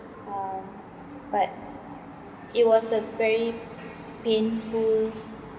um but it was a very painful